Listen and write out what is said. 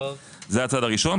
זה הצעד הראשון.